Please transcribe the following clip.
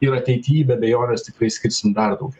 ir ateity be abejonės tikrai skirsim dar daugiau